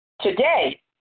today